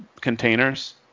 containers